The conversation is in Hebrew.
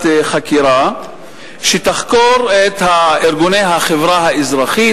חקירה שתחקור את ארגוני החברה האזרחית,